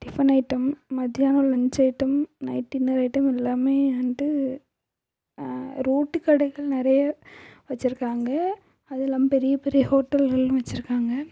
tiffin item மத்தியானம் lunch item night dinner item இது எல்லாமே அண்டு ரோட்டு கடைகள் நிறைய வச்சுருக்காங்க அதில்லாம பெரிய பெரிய ஹோட்டல்களும் வச்சுருக்காங்க